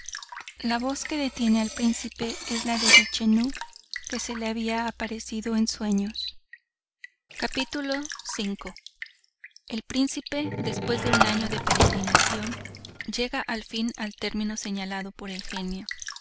la voz que detiene al príncipe es la de vichenú que se le había aparecido en sueños el príncipe después de un año de peregrinación llega al fin al termino señalado por el genio